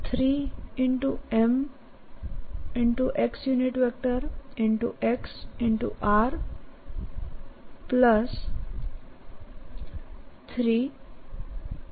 x x r3m